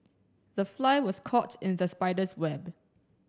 the fly was caught in the spider's web